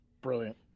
Brilliant